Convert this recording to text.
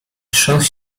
trząsł